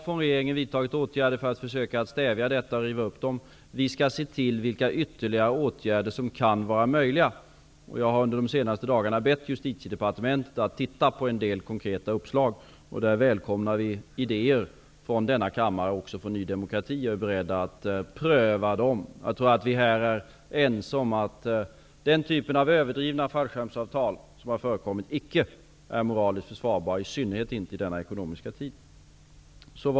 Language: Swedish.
Regeringen har vidtagit åtgärder för att försöka stävja detta och riva upp avtalen. Vi skall undersöka vilka ytterligare åtgärder som kan vara möjliga att vidta. Nyligen har jag bett Justitiedepartementet att studera en del konkreta uppslag. Vi välkomnar idéer från denna kammare -- även från Ny demokrati -- och är beredda att pröva dem. Jag tror att vi är ense om att den typen av överdrivna fallskärmsavtal som har förekommit icke är moraliskt försvarbar, i synnerhet inte i denna ekonomiska tid.